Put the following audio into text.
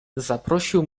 zaprosił